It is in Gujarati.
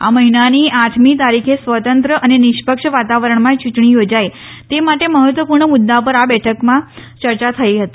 આ મહિનાની આઠમી તારીખે સ્વતંત્ર અને નિષ્પક્ષ વાતાવરણમાં યુંટણી યોજાય તે માટે મહત્વપુર્ણ મુદ્દા પર આ બેઠકમાં યર્ચા થઇ હતી